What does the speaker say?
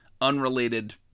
unrelated